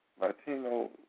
Latino